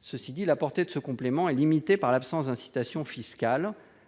Cela dit, la portée de ce complément est limitée par l'absence d'incitation fiscale.